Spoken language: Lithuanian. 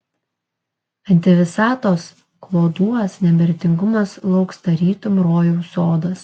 antivisatos kloduos nemirtingumas lauks tarytum rojaus sodas